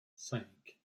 cinq